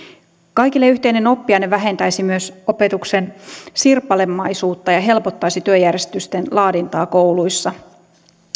kaikille yhteinen oppiaine vähentäisi myös opetuksen sirpalemaisuutta ja helpottaisi työjärjestysten laadintaa kouluissa